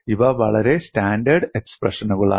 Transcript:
ഇവ വളരെ സ്റ്റാൻഡേർഡ് എക്സ്പ്രഷനുകളാണ്